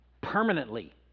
permanently